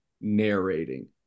narrating